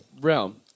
realm